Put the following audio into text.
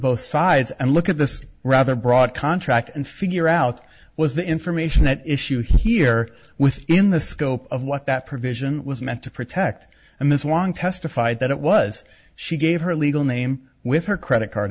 both sides and look at this rather broad contract and figure out was the information at issue here within the scope of what that provision was meant to protect and this one testified that it was she gave her legal name with her credit card